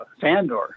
fandor